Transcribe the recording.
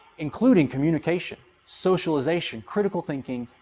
including communication, socialization, critical thinking,